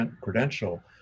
credential